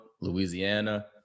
Louisiana